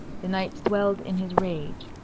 the knight swelled in his rage,